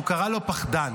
הוא קרא לו פחדן.